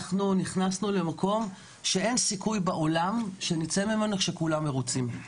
שנכנסנו למקום שאין סיכוי בעולם שנצא ממנו כשכולם מרוצים.